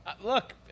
Look